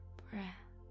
breath